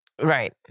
Right